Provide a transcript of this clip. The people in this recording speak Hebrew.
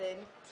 נאה מקיים.